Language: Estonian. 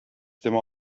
tema